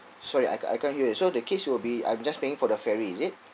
sorry I can't I can't hear you so the kids will be I'm just paying for the ferry is it